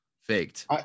faked